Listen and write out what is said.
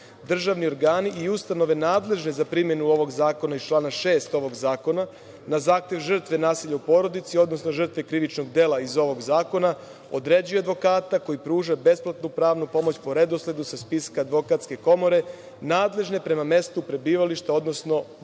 Državni organi i ustanove nadležne za primenu ovog zakona iz člana 6. ovog zakona, na zahtev žrtve nasilja u porodici, odnosno žrtve krivičnog dela iz ovog zakona određuju advokata koji pruža besplatnu pravnu pomoć po redosledu sa spiska Advokatske komore nadležne prema mestu prebivališta, odnosno boravišta